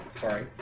sorry